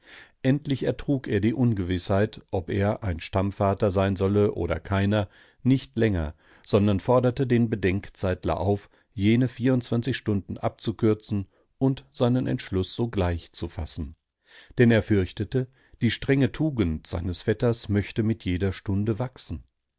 endlich ertrug er die ungewißheit ob er ein stammvater sein solle oder keiner nicht länger sondern forderte den bedenkzeitler auf jene vierundzwanzig stunden abzukürzen und seinen entschluß sogleich zu fassen denn er fürchtete die strenge tugend seines vetters möchte mit jeder stunde wachsen